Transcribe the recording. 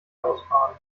ausbaden